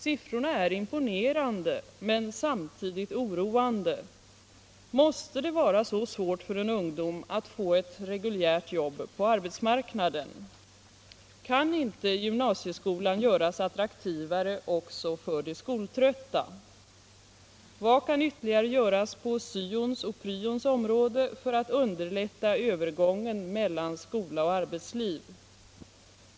Siffrorna är imponerande men samtidigt oroande. Måste det vara så svårt för en ungdom att få ett reguljärt jobb på arbetsmarknaden? Kan inte gymnasieskolan göras attraktivare också för de skoltrötta? Vad kan ytterligare göras på syons och pryons område för att underlätta övergången mellan skola och arbetsliv?